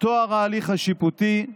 טוהר ההליך השיפוטי,